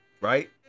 Right